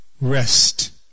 rest